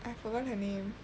I forgot her name